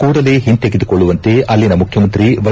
ಕೂಡಲೇ ಹಿಂತೆಗೆದುಕೊಳ್ಳುವಂತೆ ಅಳಿನ ಮುಖ್ಯಮಂತ್ರಿ ವೈ